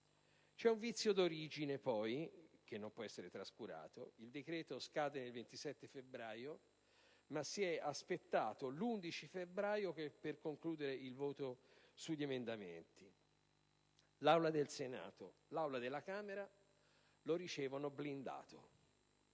un vizio di origine che non può essere trascurato: il decreto-legge scade il 27 febbraio, ma si è aspettato l'11 febbraio per concludere il voto sugli emendamenti. Le Aule del Senato e della Camera dei deputati lo ricevono blindato.